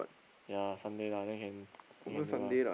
ya Sunday lah then can then can do ah